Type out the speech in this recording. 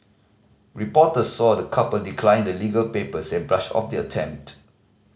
reporters saw the couple decline the legal papers and brush off the attempt